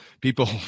people